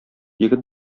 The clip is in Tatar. егет